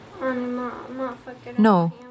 No